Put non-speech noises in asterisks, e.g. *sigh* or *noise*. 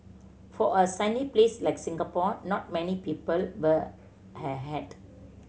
for a sunny place like Singapore not many people wear *unintelligible* hat